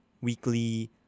Weekly